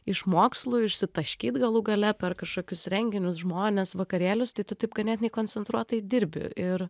iš mokslų išsitaškyt galų gale per kažkokius renginius žmones vakarėlius tai tu taip ganėtinai koncentruotai dirbi ir